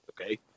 okay